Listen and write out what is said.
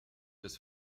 des